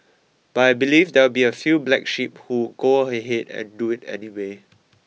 but I believe there will be a few black sheep who go ahead and do it anyway